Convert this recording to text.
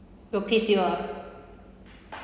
will piss you off